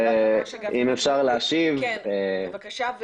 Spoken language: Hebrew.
אם אפשר להשיב -- בבקשה,